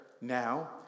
Now